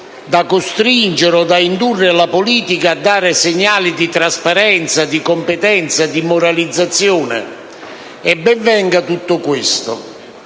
sono tali da indurre la politica a dare segnali di trasparenza, di competenza e di moralizzazione. Ben venga tutto questo,